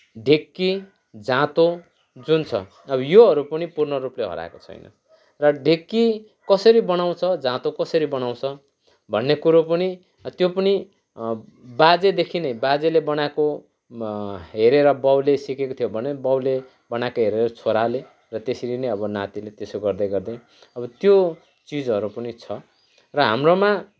ढिकी जाँतो जुन छ अब योहरू पनि पूर्णरूपले हराएको छैन र ढिकी कसरी बनाउँछ जाँतो कसरी बनाउँछ भन्ने कुरो पनि त्यो पनि बाजेदेखि नै बाजेले बनाएको हेरेर बाउले सिकेको थियो भने बाउले बनाएको हेरेर छोराले र त्यसरी नै नातीले त्यसो गर्दै गर्दै अब त्यो चिजहरू पनि छ र हाम्रोमा